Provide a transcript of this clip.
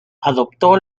adoptó